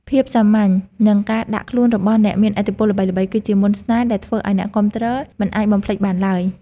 ភាពសាមញ្ញនិងការដាក់ខ្លួនរបស់អ្នកមានឥទ្ធិពលល្បីៗគឺជាមន្តស្នេហ៍ដែលធ្វើឱ្យអ្នកគាំទ្រមិនអាចបំភ្លេចបានឡើយ។